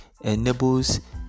enables